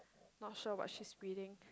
not sure what she is reading